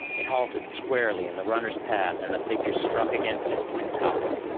it halted squarely in the runner's path, and the figure struck against it and toppled.